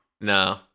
No